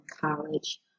college